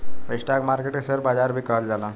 stock market के share बाजार भी कहल जाला